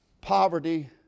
poverty